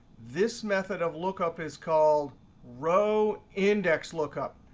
this method of lookup is called row index lookup.